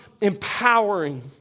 empowering